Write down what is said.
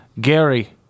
Gary